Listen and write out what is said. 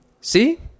See